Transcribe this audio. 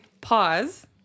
pause